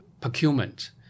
procurement